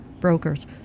brokers